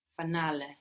Finale